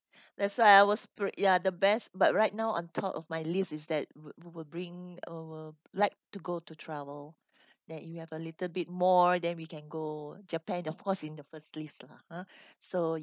that's why I was pr~ ya the best but right now on top of my list is that will we will bring over like to go to travel that we have a little bit more then we can go japan of course in the first place lah ha so